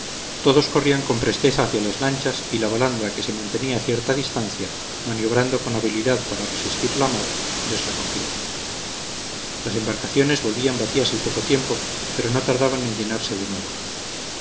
todos corrían con presteza hacia las lanchas y la balandra que se mantenía a cierta distancia maniobrando con habilidad para resistir la mar les recogía las embarcaciones volvían vacías al poco tiempo pero no tardaban en llenarse de nuevo